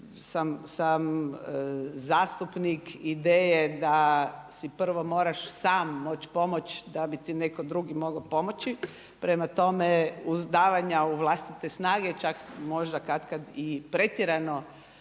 sam zastupnik ideje da si prvo moraš sam moć pomoć da bi ti netko drugi mogao pomoći. Prema tome, uz davanja u vlastite snage čak možda kad kad i pretjerano